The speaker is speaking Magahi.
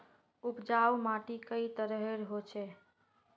उपजाऊ माटी कई तरहेर होचए?